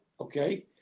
okay